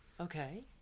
Okay